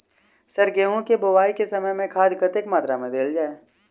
Sir गेंहूँ केँ बोवाई केँ समय केँ खाद कतेक मात्रा मे देल जाएँ?